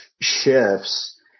shifts